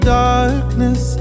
darkness